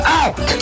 out